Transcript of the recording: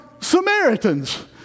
Samaritans